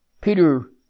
Peter